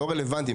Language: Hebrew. לא רלוונטיים,